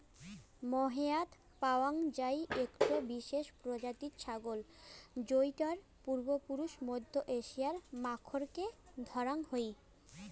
মোহেয়াৎ পাওয়াং যাই একটো বিশেষ প্রজাতির ছাগল যৌটার পূর্বপুরুষ মধ্য এশিয়ার মাখরকে ধরাং হই